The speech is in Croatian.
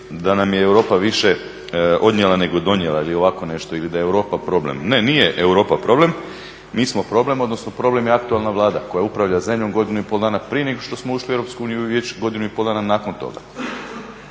da nam je Europa više odnijela nego donijela, ili ovako nešto, ili da je Europa problem. Ne, nije Europa problem mi smo problem, odnosno problem je aktualna Vlada koja upravlja zemljom godinu i pol dana prije nego što smo ušli u EU i već godinu i pol dana nakon toga.